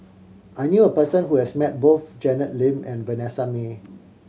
I knew a person who has met both Janet Lim and Vanessa Mae